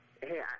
hey